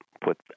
put